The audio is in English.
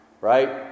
Right